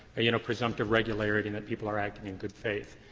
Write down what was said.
ah you know, presumptive regularity and that people are acting in good faith.